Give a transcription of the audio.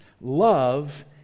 Love